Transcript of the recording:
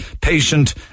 patient